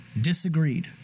disagreed